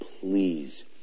please